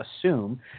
assume